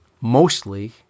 mostly